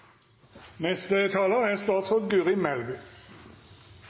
Neste taler er